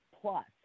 plus